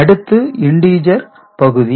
அடுத்து இண்டீஜர் பகுதி